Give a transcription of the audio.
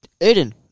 Aiden